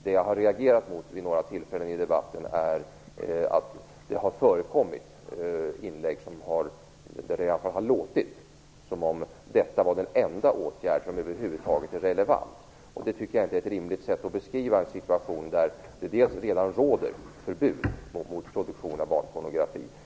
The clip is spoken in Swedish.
Det jag har reagerat över vid några tillfällen i debatten är att det förekommit inlägg där det har låtit som om detta var den enda åtgärd som över huvud taget är relevant. Det tycker jag inte är ett rimligt sätt att beskriva en situation där det redan råder förbud mot produktion av barnpornografi.